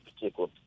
particular